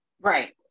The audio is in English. Right